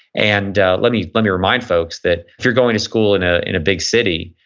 and let me let me remind folks that if you're going to school in ah in a big city,